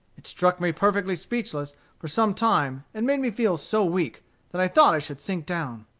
it struck me perfectly speechless for some time, and made me feel so weak that i thought i should sink down.